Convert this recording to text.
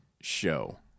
show